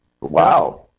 Wow